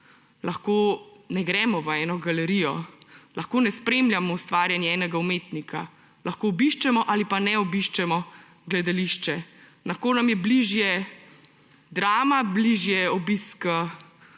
lahko ne gremo v eno galerijo, lahko ne spremljamo ustvarjanja enega umetnika, lahko obiščemo ali pa ne obiščemo gledališča, lahko nam je bližje Drama, bližje obisk